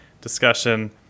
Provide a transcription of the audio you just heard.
discussion